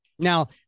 Now